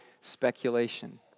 speculation